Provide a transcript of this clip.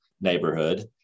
neighborhood